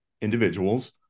individuals